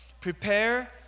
Prepare